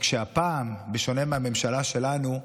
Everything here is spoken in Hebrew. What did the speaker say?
רק שהפעם, בשונה מהממשלה שלנו,